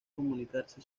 comunicarse